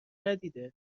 ندیده